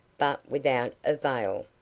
but without avail.